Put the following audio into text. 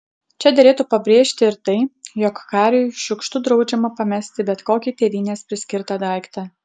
čia derėtų pabrėžti ir tai jog kariui šiukštu draudžiama pamesti bet kokį tėvynės priskirtą daiktą